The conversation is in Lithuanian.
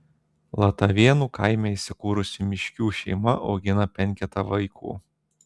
latavėnų kaime įsikūrusi mikšių šeima augina penketą vaikų